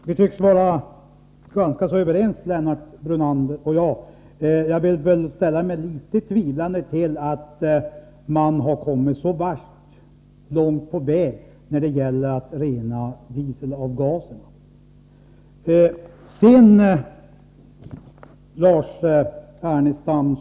Herr talman! Lennart Brunander och jag tycks vara ganska så överens. Jag ställer mig emellertid litet tvivlande till att man har kommit så värst långt på väg när det gäller att rena dieselavgaserna.